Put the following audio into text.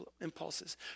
impulses